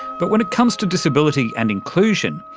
but when it comes to disability and inclusion,